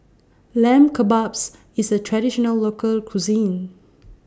Lamb Kebabs IS A Traditional Local Cuisine